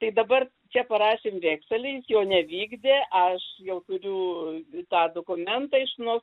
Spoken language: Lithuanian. tai dabar čia parašėm vekselį jis jo nevykdė aš jau turiu tą dokumentą iš nu